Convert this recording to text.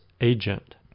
agent